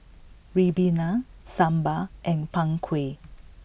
Ribena Sambal and Png Kueh